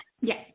Yes